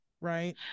right